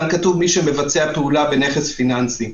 כאן כתוב- "מי שמבצע פעולה בנכס פיננסי".